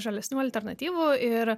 žalesnių alternatyvų ir